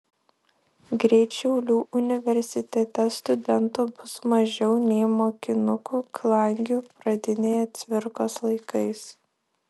greit šiaulių universitete studentų bus mažiau nei mokinukų klangių pradinėje cvirkos laikais